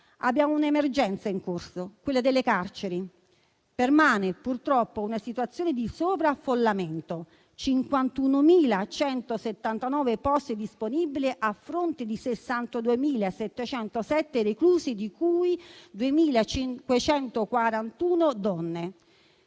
Abbiamo un'emergenza in corso, quella delle carceri. Permane, purtroppo, una situazione di sovraffollamento: 51.179 posti disponibili a fronte di 62.707 reclusi, di cui 2.541 donne.